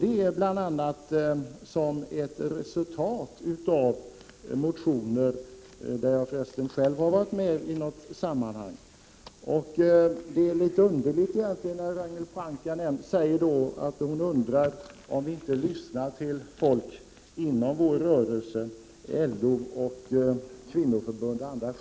Det är bl.a. ett resultat av motioner där jag förresten själv har varit med i något sammanhang. Det är litet märkligt när Ragnhild Pohanka säger att hon undrar om vi inte lyssnar till folk inom vår rörelse, LO och kvinnoförbundet.